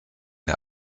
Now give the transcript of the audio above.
der